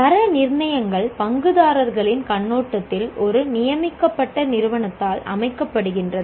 தர நிர்ணயங்கள் பங்குதாரர்களின் கண்ணோட்டத்தில் ஒரு நியமிக்கப்பட்ட நிறுவனத்தால் அமைக்கப்படுகின்றன